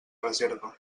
reserva